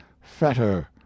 fetter